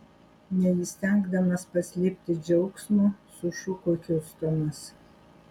neįstengdamas paslėpti džiaugsmo sušuko hiustonas